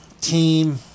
Team